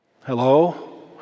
Hello